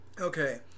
Okay